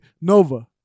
Nova